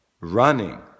Running